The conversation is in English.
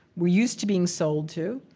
we're used to being sold to.